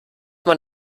man